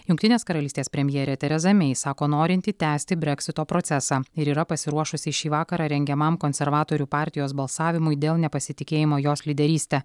jungtinės karalystės premjerė tereza mei sako norinti tęsti breksito procesą ir yra pasiruošusi šį vakarą rengiamam konservatorių partijos balsavimui dėl nepasitikėjimo jos lyderyste